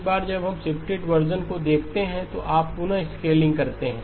एक बार जब हम शिफ्टेड वर्शन को देखते हैं तो आप पुनः स्केलिंग करते हैं